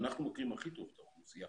אנחנו מכירים הכי טוב את האוכלוסייה